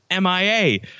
MIA